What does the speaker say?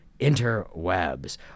interwebs